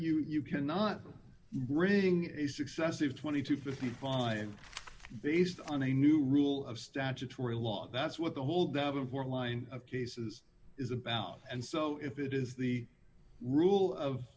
you cannot bring a successive twenty to fifty five based on a new rule of statutory law that's what the whole davenport line of cases is about and so if it is the rule of